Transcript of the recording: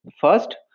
First